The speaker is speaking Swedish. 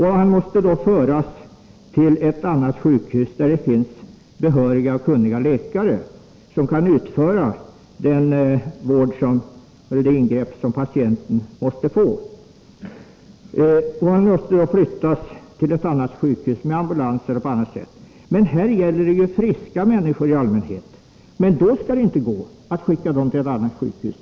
Han måste då med ambulans eller på annat sätt flyttas till ett annat sjukhus med behöriga och kunniga läkare som kan ge den vård eller utföra det ingrepp som patienten behöver. Här gäller det ju friska människor i allmänhet, men då skall det inte gå att skicka dem till ett annat sjukhus.